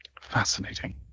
Fascinating